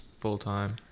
full-time